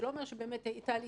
זה לא אומר שבאמת הייתה לי